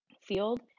field